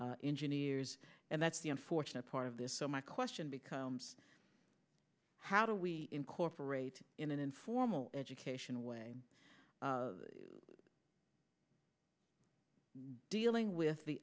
engineers and that's the unfortunate part of this so my question becomes how do we incorporate in an informal education a way dealing with the